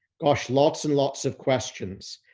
gosh, lots and lots of questions.